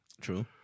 True